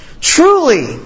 Truly